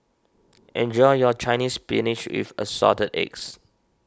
enjoy your Chinese Spinach with Assorted Eggs